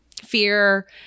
fear